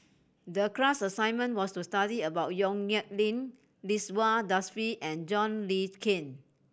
the class assignment was to study about Yong Nyuk Lin Ridzwan Dzafir and John Le Cain